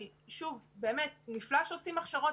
אני, שוב, באמת נפלא שעושים הכשרות.